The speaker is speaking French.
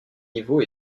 niveau